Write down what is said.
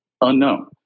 unknown